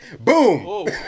boom